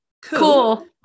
cool